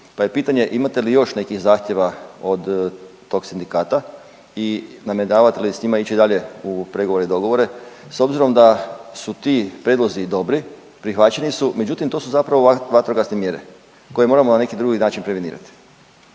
pa je pitanje imate li još nekih zahtjeva od tog sindikata i namjeravate li s njima ići dalje u pregovore dogovore s obzirom da su ti prijedlozi dobri prihvaćeni su, međutim to su zapravo vatrogasne mjere koje moramo na neki drugi način prevenirati.